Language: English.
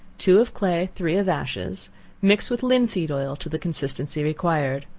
two of clay, three of ashes mix with linseed oil to the consistency required.